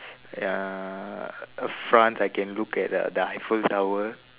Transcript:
uh a france I can look at the the eiffel tower